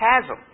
chasm